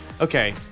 Okay